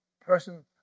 person